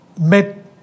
met